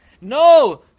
No